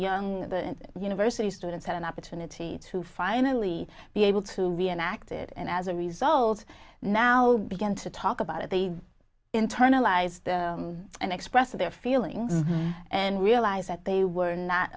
young university students had an opportunity to finally be able to reenact it and as a result now began to talk about the internalized and express their feelings and realized that they were not